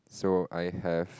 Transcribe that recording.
so I have